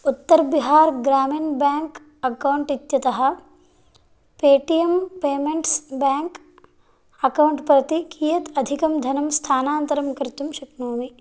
उत्तर् Bihar Gramin bank account इत्यतः Paytm payments bank account प्रति कियत् अधिकं धनं स्थानान्तरं कर्तुं शक्नोमि